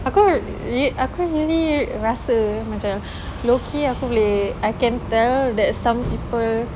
aku aku maybe rasa macam low-key aku boleh I can tell that some people